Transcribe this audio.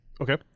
Okay